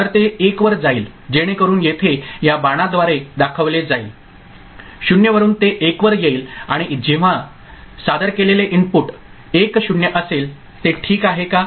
तर ते 1 वर जाईल जेणेकरून येथे या बाणाद्वारे दाखवले जाईल 0 वरुन ते 1 वर येईल आणि जेव्हा सादर केलेले इनपुट 1 0 असेल ते ठीक आहे का